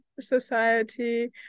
society